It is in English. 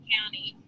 County